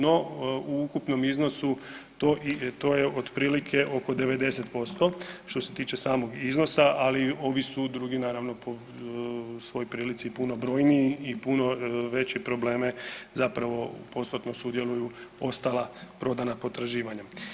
No, u ukupnom iznosu to je otprilike oko 90% što se tiče samog iznosa, ali ovi su drugi naravno po svoj prilici puno brojniji i puno veće probleme zapravo postotno sudjeluju ostala prodana potraživanja.